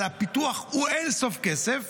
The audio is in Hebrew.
אבל הפיתוח הוא אין-סוף כסף,